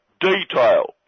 detail